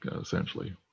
essentially